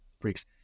freaks